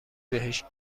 بهش